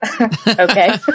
okay